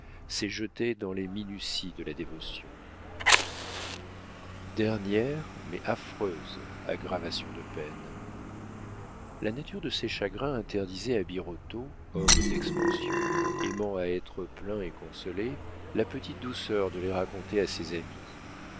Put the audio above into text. jetée dans les minuties de la dévotion dernière mais affreuse aggravation de peine la nature de ses chagrins interdisait à birotteau homme d'expansion aimant à être plaint et consolé la petite douceur de les raconter à ses amis